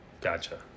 gotcha